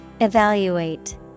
Evaluate